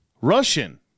Russian